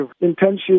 intention